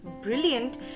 Brilliant